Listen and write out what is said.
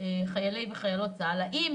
חיילים וחיילות והאם אם